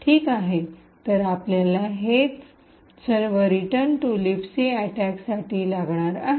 ठीक आहे तर आपल्याला हेच सर्व रिटर्न टू लिबसी अटैकसाठी लागणार आहे